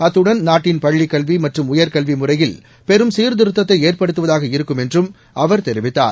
அத்துடன் நாட்டின் பள்ளிக் கல்வி மற்றும் உயர்கல்வி முறையில் பெரும் சீர்திருத்தத்தை ஏற்படுத்துவதாக இருக்கும் என்றும் அவர் தெரிவித்தார்